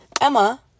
emma